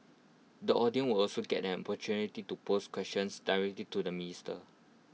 the audience will also get an opportunity to pose questions directly to the minister